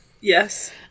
Yes